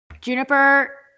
Juniper